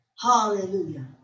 Hallelujah